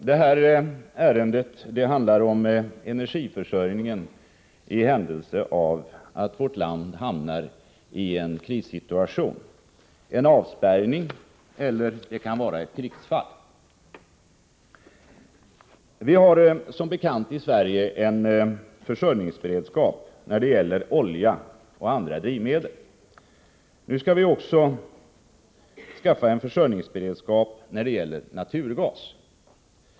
Fru talman! Detta ärende handlar om energiförsörjningen i händelse av att vårt land hamnar i en krissituation — det kan vara en avspärrning eller ett krigsfall. Som bekant har vi här i Sverige en försörjningsberedskap när det gäller kol, olja och andra drivmedel. Nu skall vi också skaffa oss en försörjningsberedskap när det gäller naturgas.